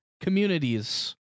communities